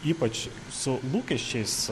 ypač su lūkesčiais